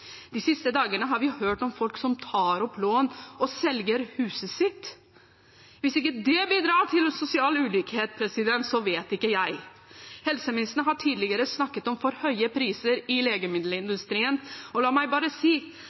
De siste dagene har vi hørt om folk som tar opp lån, og som selger huset sitt. Hvis ikke det bidrar til sosial ulikhet, vet ikke jeg. Helseministeren har tidligere snakket om for høye priser i legemiddelindustrien. La meg bare si